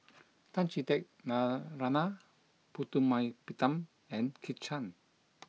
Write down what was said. Tan Chee Teck Narana Putumaippittan and Kit Chan